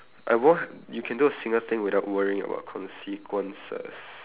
I wa~ you can do a single thing without worrying about consequences